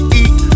eat